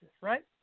Right